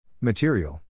Material